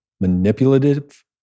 manipulative